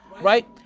right